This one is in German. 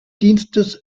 dienstes